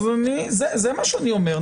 זה מה שאני אומר.